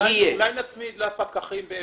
אולי נצמיד מצלמות לפקחים?